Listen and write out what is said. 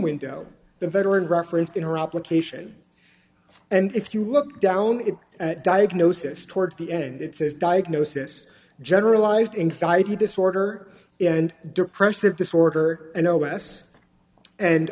window the veteran referenced in her application and if you look down at diagnosis towards the end it says diagnosis generalized anxiety disorder and depressive disorder and o o s and